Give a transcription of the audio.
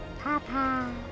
Papa